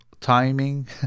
timing